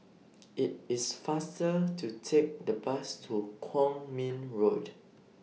IT IS faster to Take The Bus to Kwong Min Road